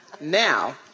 Now